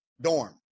dorm